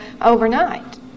overnight